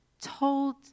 told